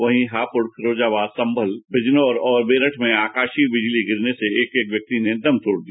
वहीं हापुड़ फिरोजाबाद सम्भल बिजनौर और मेरठ में आकाशीय बिजली गिरने से एक एक व्यक्ति ने दम तोड़ दिया